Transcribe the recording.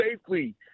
safely